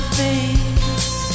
face